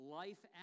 life